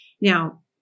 Now